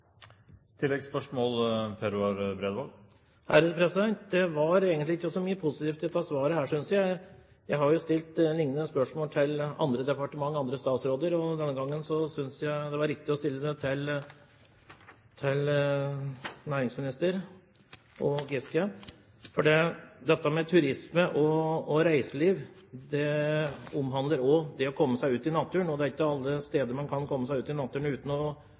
Det var egentlig ikke så mye positivt i dette svaret, synes jeg. Jeg har jo stilt liknende spørsmål til andre departementer og statsråder. Denne gangen syntes jeg det var riktig å stille det til næringsminister Giske. Dette med turisme og reiseliv handler også om å komme seg ut i naturen. Det er ikke alle steder man kan komme seg ut i naturen uten å